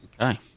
Okay